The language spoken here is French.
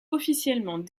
officiellement